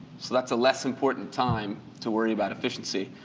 so that's a less important time to worry about efficiency.